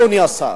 אדוני השר,